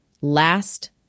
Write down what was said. last